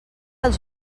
els